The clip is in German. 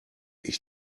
ich